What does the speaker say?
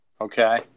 Okay